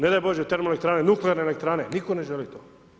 Ne daj bože termoelektrane, nuklearne elektrane, nitko ne želi to.